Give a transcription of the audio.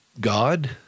God